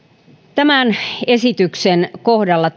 tämän esityksen kohdalla